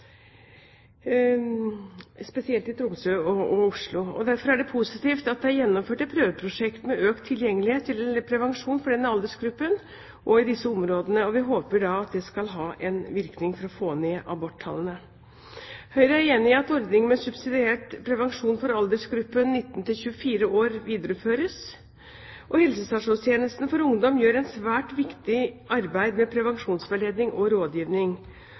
spesielt i Troms og Oslo. Derfor er det positivt at det er gjennomført et prøveprosjekt med økt tilgjengelighet til prevensjon for denne aldersgruppen og i disse områdene, og vi håper da at det skal ha en virkning for å få ned aborttallene. Høyre er enig i at ordningen med subsidiert prevensjon for aldersgruppen 19–24 år videreføres, og helsestasjonstjenesten for ungdom gjør et svært viktig arbeid med prevensjonsveiledning og rådgivning.